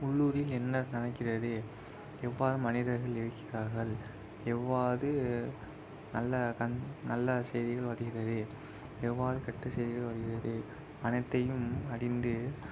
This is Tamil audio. உள்ளூரில் என்ன நடக்கிறது எவ்வாறு மனிதர்கள் இருக்கிறார்கள் எவ்வாறு நல்ல கன் நல்ல செய்திகள் வருகிறது எவ்வாறு கெட்ட செய்திகள் வருகிறது அனைத்தையும் அறிந்து